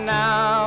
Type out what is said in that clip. now